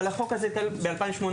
אבל החוק ניתן ב-2018,